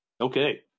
Okay